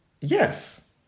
Yes